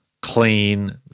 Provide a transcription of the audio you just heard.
clean